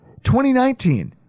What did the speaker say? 2019